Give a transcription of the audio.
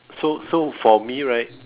so so for me right